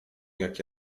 jak